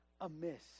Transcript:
amiss